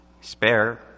spare